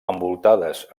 envoltades